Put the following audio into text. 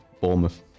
Bournemouth